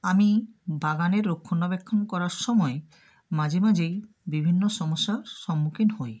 আমি বাগানের রক্ষণাবেক্ষণ করার সময় মাঝে মাঝেই বিভিন্ন সমস্যার সম্মুখীন হই